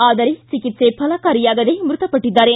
ಆದರೆ ಚಿಕಿತ್ಸೆ ಫಲಕಾರಿಯಾಗದೆ ಮೃತಪಟ್ಟದ್ದಾರೆ